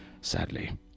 sadly